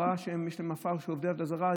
הוא ראה שיש להם עפר של עובדי עבודה זרה,